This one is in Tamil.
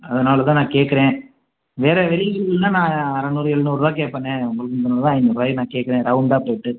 அதனால் தான் நான் கேட்குறேன் வேறு வெளிலன்னால் நான் அறுநூறு எழுநூறுரூவா கேட்பேண்ணே உங்களுக்குன்றதுனால் தான் ஐந்நூறுரூவாய நான் கேட்குறேன் ரவுண்டாக போட்டு